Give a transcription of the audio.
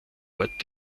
ort